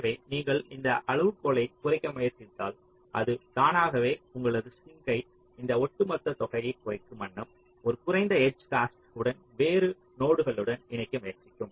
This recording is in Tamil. எனவே நீங்கள் இந்த அளவுகோலைக் குறைக்க முயற்சித்தால் அது தானாகவே உங்களது சிங்க் இந்த ஒட்டு மொத்த தொகையை குறைக்கும் வண்ணம் ஒரு குறைந்த எட்ஜ் காஸ்ட் உடன் வேறு நோடுடன் இணைக்க முயற்சிக்கும்